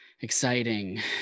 exciting